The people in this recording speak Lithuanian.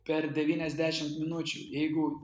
per devyniasdešim minučių jeigu